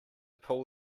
pull